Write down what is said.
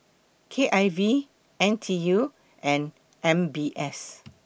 K I V N T U and M B S